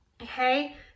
Okay